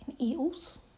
eels